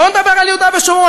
בואו נדבר על יהודה ושומרון.